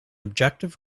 objective